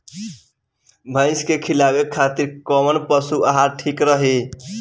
भैंस के खिलावे खातिर कोवन पशु आहार ठीक रही?